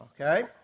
Okay